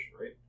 right